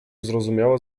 zrozumiała